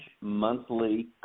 monthly